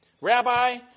Rabbi